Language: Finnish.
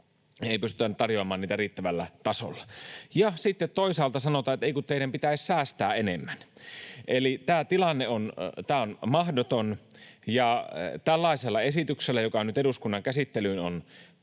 ei pystytä tarjoamaan niitä riittävällä tasolla, ja sitten toisaalta sanotaan, että ”ei, kun teidän pitäisi säästää enemmän”. Eli tämä tilanne on mahdoton, ja tällaisella esityksellä, joka nyt eduskunnan käsittelyyn on